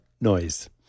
noise